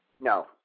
No